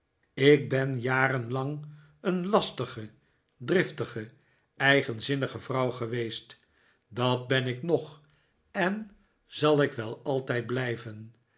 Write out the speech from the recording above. ik ben jaren lang een lastige driftige eigenzinnige vrouw geweest dat ben ik nog en zal ik wel altijd blijven